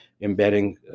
embedding